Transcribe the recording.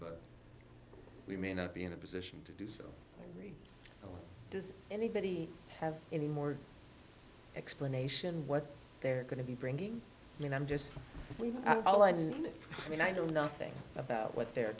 but we may not be in a position to do so does anybody have any more explanation what they're going to be bringing i mean i'm just we've all i didn't i mean i know nothing about what they're